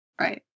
right